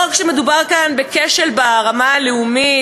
לא מדובר כאן רק בכשל ברמה הלאומית,